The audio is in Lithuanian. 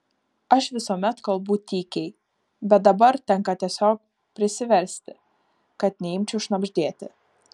aš visuomet kalbu tykiai bet dabar tenka tiesiog prisiversti kad neimčiau šnabždėti